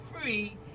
free